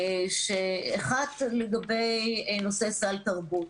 אחת לגבי נושא סל תרבות.